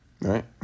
Right